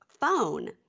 phone